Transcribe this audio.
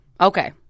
Okay